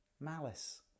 malice